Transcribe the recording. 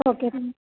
okay ma'am